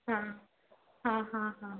हां हां हां हां